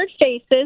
faces